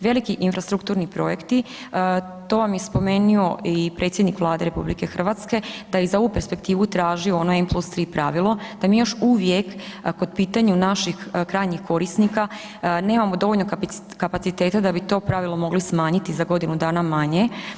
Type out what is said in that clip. Veliki infrastrukturni projekti, to vam je spomenuo i predsjednik Vlade RH, da je i za ovu perspektivu tražio onaj implus+3 pravilo, da mi još uvijek kod pitanju naših krajnjih korisnika nemamo dovoljno kapaciteta da bi to pravilo mogli smanjiti za godinu dana manje.